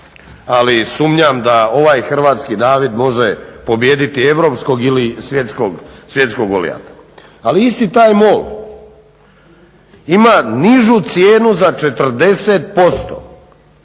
ali sumnjam da ovaj hrvatski David može pobijediti europskog ili svjetskog Golijata. Ali isti taj mol ima nižu cijenu za 40%